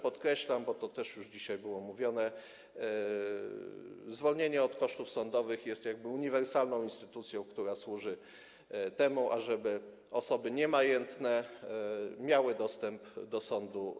Podkreślam, bo to też już dzisiaj było mówione, że zwolnienie od kosztów sądowych jest uniwersalną instytucją, która służy temu, ażeby osoby niemajętne miały zapewniony dostęp do sądu.